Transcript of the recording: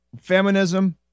feminism